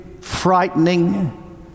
frightening